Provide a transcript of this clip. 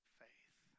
faith